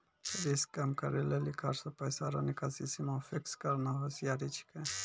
risk कम करै लेली कार्ड से पैसा रो निकासी सीमा फिक्स करना होसियारि छिकै